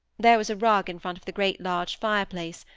there was a rug in front of the great large fire-place,